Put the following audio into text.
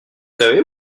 savez